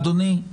אדוני,